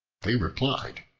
they replied,